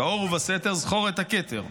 "באור ובסתר זכור את הכתר".